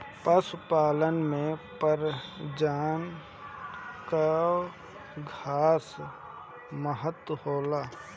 पशुपालन में प्रजनन कअ खास महत्व होला